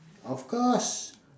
of course